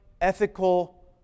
ethical